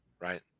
right